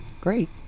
Great